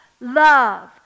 love